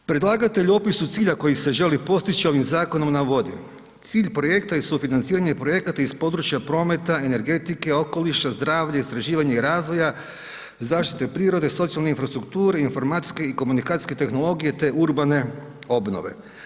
Predlagatelj u opisu cilja koji se želi postići ovih zakonom navodi, cilj projekta i sufinanciranje projekata iz područja prometa, energetike, okoliša, zdravlja, istraživanja i razvoja, zaštite prirode, socijalne infrastrukture, informacijske i komunikacijske tehnologije te urbane obnove.